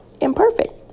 imperfect